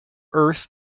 earth